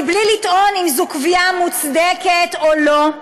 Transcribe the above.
בלי לטעון אם זו קביעה מוצדקת או לא,